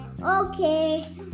Okay